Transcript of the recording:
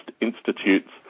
institutes